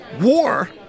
War